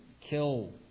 kill